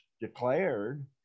declared